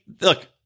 look